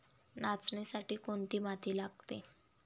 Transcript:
नाचणीसाठी कोणती माती लागते?